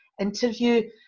interview